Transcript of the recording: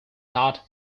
not